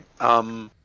right